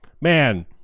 man